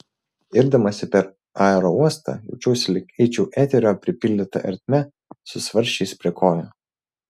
irdamasi per aerouostą jaučiausi lyg eičiau eterio pripildyta ertme su svarsčiais prie kojų